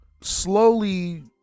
Slowly